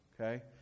okay